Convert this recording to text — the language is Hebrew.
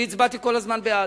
אני הצבעתי כל הזמן בעד.